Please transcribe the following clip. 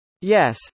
Yes